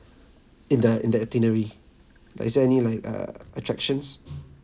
in the in the itinerary like is there any like err attractions